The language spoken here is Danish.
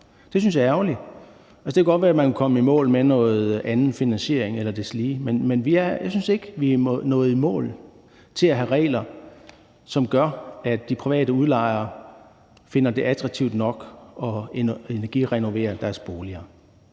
Det synes jeg er ærgerligt. Det kan godt være, at man kunne komme i mål med en anden finansiering eller deslige, men jeg synes ikke, at vi er nået i mål med at have regler, som gør, at de private udlejere finder det attraktivt nok at energirenovere deres boliger.